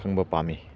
ꯈꯪꯕ ꯄꯥꯝꯃꯤ